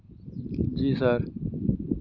जी sir